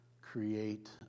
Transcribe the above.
create